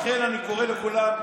לכן אני קורא לכולם,